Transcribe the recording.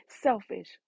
selfish